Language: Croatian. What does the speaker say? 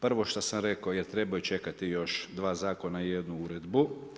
Prvo što sam rekao jer trebaju čekati još dva zakona i jednu uredbu.